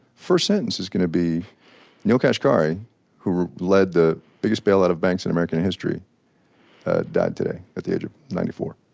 first sentence is going to be neel kashkari who led the biggest bailout of banks in american history died today at the age of ninety four.